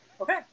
Okay